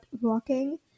walking